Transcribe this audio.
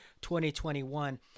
2021